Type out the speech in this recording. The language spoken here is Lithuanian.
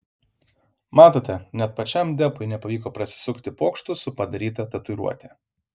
matote net pačiam depui nepavyko prasisukti pokštu su padaryta tatuiruote